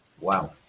Wow